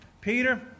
Peter